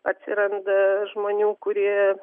atsiranda žmonių kurie